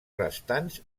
restants